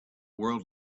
world